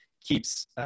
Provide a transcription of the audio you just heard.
keeps